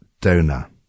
donor